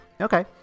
Okay